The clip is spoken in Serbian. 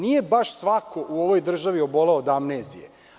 Nije baš svako u ovoj državi oboleo od amnezije.